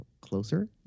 closer